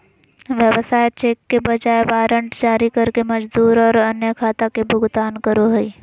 व्यवसाय चेक के बजाय वारंट जारी करके मजदूरी और अन्य खाता के भुगतान करो हइ